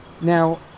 now